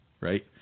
right